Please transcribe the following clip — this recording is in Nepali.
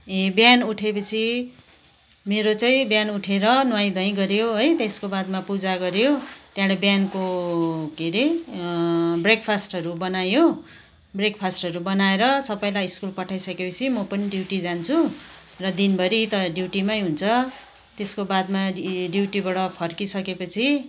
ए बिहान उठेपछि मेरो चाहिँ बिहान उठेर नुहाइ धुवाइ गऱ्यो है त्यसको बादमा पूजा गऱ्यो त्यहाँबाट बिहानको के अरे ब्रेकफास्टहरू बनायो ब्रेकफास्टहरू बनाएर सबैलाई स्कुल पठाइसकेपछि म पनि ड्युटी जान्छु र दिनभरि त ड्युटीमै हुनछ त्यसको बादमा डिइ ड्युटीबाट फर्किसके पछि